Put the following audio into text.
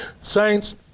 Saints